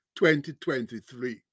2023